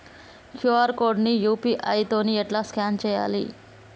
QR code ని UPI తోని ఎట్లా స్కాన్ చేయాలి?